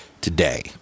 today